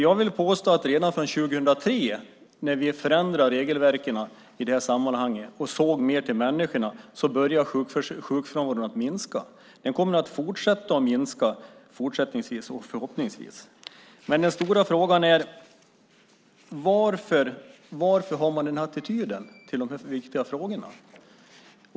Jag vill påstå att redan från 2003, när vi förändrade regelverken i de här sammanhangen och såg mer till människorna, började sjukfrånvaron minska. Den kommer att fortsätta att minska förhoppningsvis. Men den stora frågan är: Varför har man den här attityden till de här viktiga frågorna?